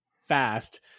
fast